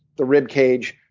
the rib cage,